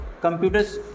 computers